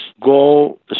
go